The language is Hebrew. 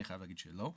אני חייב להגיד שלא.